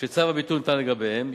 "שצו הביטול ניתן לגביהם,